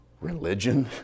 religion